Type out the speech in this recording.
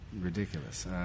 ridiculous